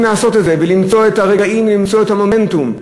לעשות את זה ולמצוא את הרגעים ולמצוא את המומנטום,